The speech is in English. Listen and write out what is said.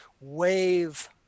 wave